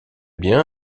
bien